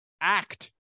act